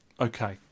okay